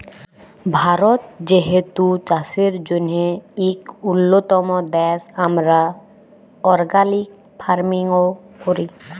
ভারত যেহেতু চাষের জ্যনহে ইক উল্যতম দ্যাশ, আমরা অর্গ্যালিক ফার্মিংও ক্যরি